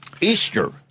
Easter